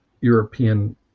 European